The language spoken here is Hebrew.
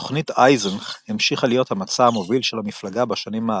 "תוכנית אייזנך" המשיכה להיות המצע המוביל של המפלגה בשנים הבאות.